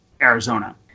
Arizona